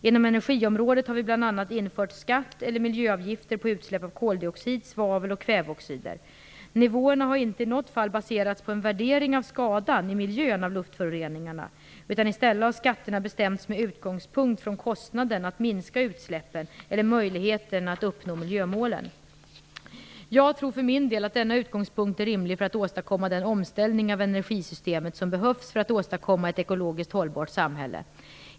Inom energiområdet har vi bl.a. infört skatt eller miljöavgifter på utsläpp av koldioxid, svavel och kväveoxider. Nivåerna har inte i något fall baserats på en värdering av skadan i miljön av luftföroreningarna. I stället har skatterna bestämts med utgångspunkt från kostnaden för att minska utsläppen eller möjligheten att uppnå miljömålen. Jag tror för min del att denna utgångspunkt är rimlig för att åstadkomma den omställning av energisystemet som behövs för att åstadkomma ett ekologiskt hållbart samhälle.